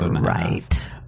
right